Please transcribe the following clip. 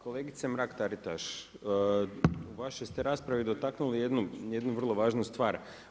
Kolegice Mrak-Taritaš, u vašoj ste raspravi dotaknuli jednu vrlo važnu stvar.